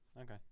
Okay